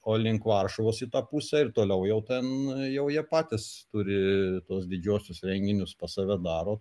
o link varšuvos į tą pusę ir toliau jau ten jau jie patys turi tuos didžiuosius renginius pas save daro